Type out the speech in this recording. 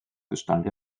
gestand